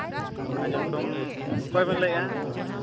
ᱧᱩᱛᱩᱢ ᱚᱠᱚᱭ ᱵᱤᱱ ᱞᱟᱹᱭᱮᱜᱼᱟ